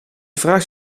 vraagt